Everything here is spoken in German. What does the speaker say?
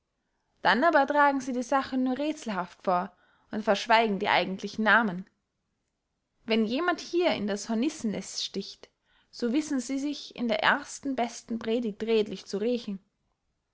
dann aber tragen sie die sache nur räthselhaft vor und verschweigen die eigentlichen namen wenn jemand hier in das hornissennest sticht so wissen sie sich in der ersten besten predigt redlich zu rächen